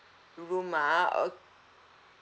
room ah